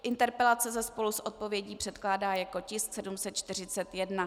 Interpelace se spolu s odpovědí předkládá jako tisk 741.